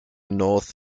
north